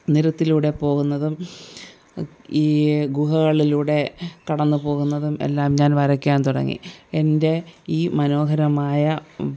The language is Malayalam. നിരത്തിലൂടെ പോകുന്നതും ഈ ഗുഹകളിലൂടെ കടന്നു പോകുന്നതും എല്ലാം ഞാൻ വരയ്ക്കാൻ തുടങ്ങി എൻ്റെ ഈ മനോഹരമായ